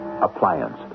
appliance